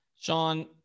Sean